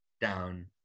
Down